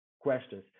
questions